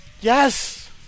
Yes